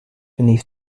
beneath